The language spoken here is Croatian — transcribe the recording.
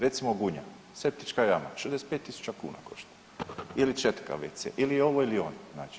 Recimo Gunja, septička jama 65.000 kuna košta ili četka wc ili ovo ili ono.